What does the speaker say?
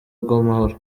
bw’amahoro